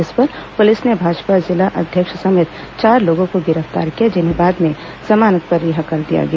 जिस पर पुलिस ने भाजपा जिला अध्यक्ष समेत चार लोगों को गिरफ्तार किया जिन्हें बाद में जमानत पर रिहा कर दिया गया